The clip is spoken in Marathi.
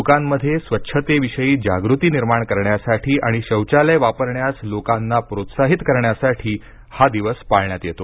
लोकांमध्ये स्वच्छतेविषयी जागृती निर्माण करण्यासाठी आणि शौचालय वापरण्यास लोकांना प्रोत्साहित करण्यासाठी हा दिवस पाळण्यात येतो